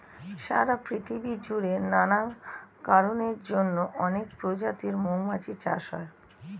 সারা পৃথিবী জুড়ে নানা কারণের জন্যে অনেক প্রজাতির মৌমাছি চাষ হয়